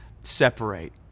separate